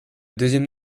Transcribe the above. deuxième